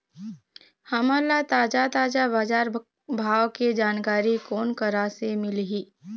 हमन ला ताजा ताजा बजार भाव के जानकारी कोन करा से मिलही?